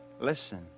Listen